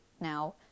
Now